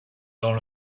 dans